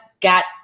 got